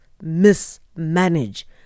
mismanage